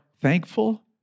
thankful